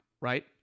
right